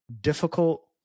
difficult